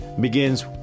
begins